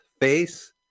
Face